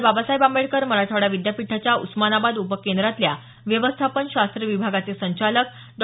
बाबासाहेब आंबेडकर मराठवाडा विद्यापीठाच्या उस्मानाबाद उपकेंद्रातल्या व्यवस्थापन शास्त्र विभागाचे संचालक डॉ